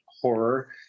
horror